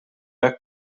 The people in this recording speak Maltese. hekk